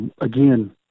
again